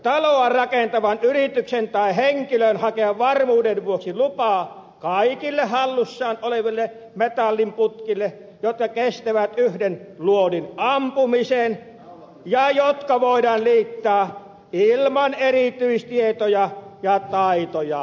pitääkö taloa rakentavan yrityksen tai henkilön hakea varmuuden vuoksi lupa kaikille hallussaan oleville metalliputkille jotka kestävät yhden luodin ampumisen ja jotka voidaan liittää ilman erityistietoja ja taitoja aseisiin